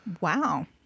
Wow